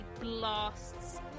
blasts